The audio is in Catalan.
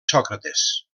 sòcrates